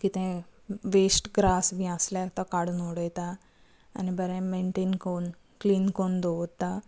कितें waste grass बी आसल्या तो काडून उडयता आनी बरें मेनटेन करून क्लीन करून दवरता